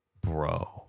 bro